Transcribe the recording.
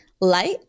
light